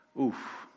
Oof